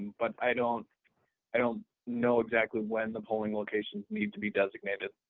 but i don't i don't know exactly when the polling locations need to be designated.